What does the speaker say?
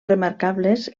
remarcables